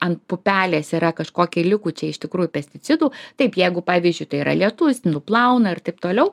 ant pupelės yra kažkokie likučiai iš tikrųjų pesticidų taip jeigu pavyzdžiui tai yra lietus nuplauna ir taip toliau